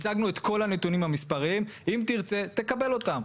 הצגנו את כל הנתונים המספריים, אם תרצה תקבל רותם.